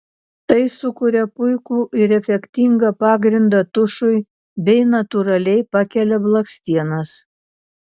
tai sukuria puikų ir efektingą pagrindą tušui bei natūraliai pakelia blakstienas